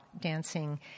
dancing